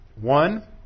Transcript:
One